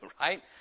Right